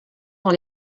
dans